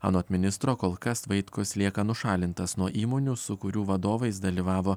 anot ministro kol kas vaitkus lieka nušalintas nuo įmonių su kurių vadovais dalyvavo